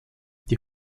die